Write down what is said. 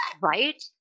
Right